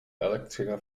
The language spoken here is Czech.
elektřina